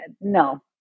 No